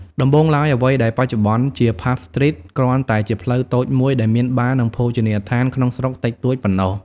ដំបូងឡើយ អ្វីដែលបច្ចុប្បន្នជា ផាប់ ស្ទ្រីត គ្រាន់តែជា ផ្លូវតូចមួយ ដែលមានបារ និងភោជនីយដ្ឋាន ក្នុងស្រុកតិចតួចប៉ុណ្ណោះ។